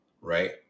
right